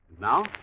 Now